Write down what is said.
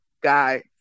guy